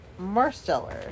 Marsteller